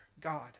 God